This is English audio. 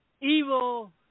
evil